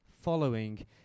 following